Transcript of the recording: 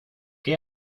qué